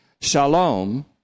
shalom